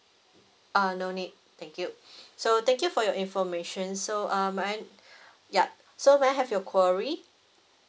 uh no need thank you so thank you for your information so uh may I yup so may I have your query